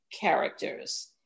characters